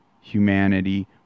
Humanity